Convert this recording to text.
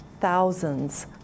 thousands